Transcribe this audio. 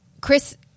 Chris